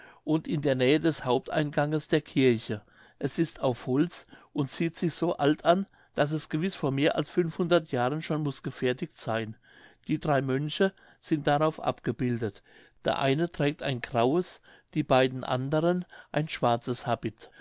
und in der nähe des haupteinganges der kirche es ist auf holz und sieht sich so alt an daß es gewiß vor mehr als jahren schon muß gefertigt sein die drei mönche sind darauf abgebildet der eine trägt ein graues die beiden anderen ein schwarzes habit